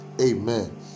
Amen